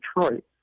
Detroit